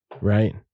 right